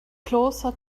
closer